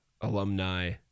alumni